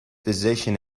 decision